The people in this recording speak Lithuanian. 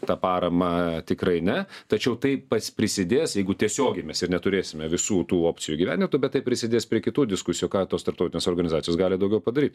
tą paramą tikrai ne tačiau tai pas prisidės jeigu tiesiogiai mes ir neturėsime visų tų opcijų įgyvendintų bet tai prisidės prie kitų diskusijų ką tos tarptautinės organizacijos gali daugiau padaryt